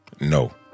No